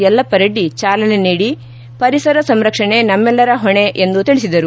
ಯಲ್ಲಪ್ಪರೆಡ್ಡಿ ಚಾಲನೆ ನೀಡಿ ಪರಿಸರ ಸಂರಕ್ಷಣೆ ನಮ್ಮಲ್ಲರ ಹೊಣೆ ಎಂದು ತಿಳಿಸಿದರು